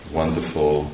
wonderful